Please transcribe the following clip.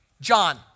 John